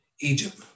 Egypt